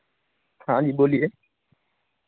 हाँ जी बोलिए